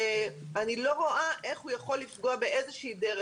אני לא רואה איך הוא יכול לפגוע באיזושהי דרך.